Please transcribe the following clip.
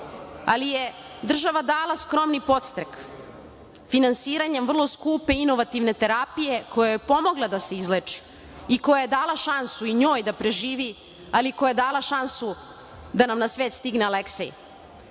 zemlji. Država je dala skromni podstrek finansiranjem vrlo skupe inovativne terapije koja joj je pomogla da se izleči i koja je dala šansu i njoj da preživi, ali koja je dala šansu da nam svet stigne Aleksej.U